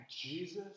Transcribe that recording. Jesus